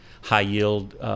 high-yield